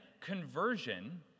conversion